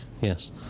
yes